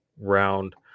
round